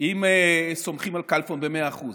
אם סומכים על כלפון במאה אחוז?